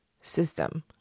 system